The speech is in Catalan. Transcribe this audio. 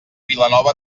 vilanova